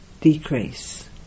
decrease